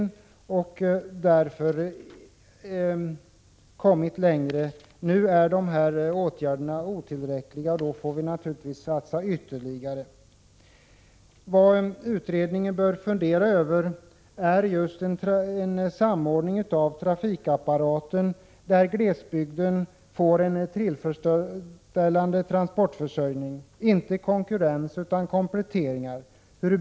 I dag är dessa åtgärder otillräckliga, och vi får satsa ytterligare. Utredningen bör fundera över en samordning av trafikapparaten, så att glesbygden får en tillfredsställande transportförsörjning. Vi behöver inte konkurrens, utan komplettering.